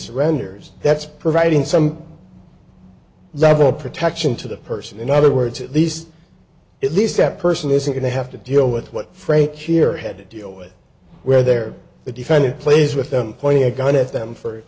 surrenders that's providing some level of protection to the person in other words at least at least that person isn't going to have to deal with what frank here had to deal with where they're the defendant plays with them pointing a gun at them for